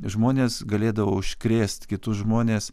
žmonės galėdavo užkrėst kitus žmones